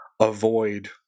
avoid